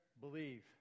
believe